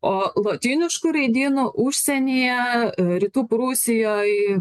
o lotynišku raidynu užsienyje rytų prūsijoj